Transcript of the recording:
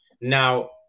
now